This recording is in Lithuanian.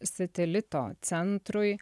satelito centrui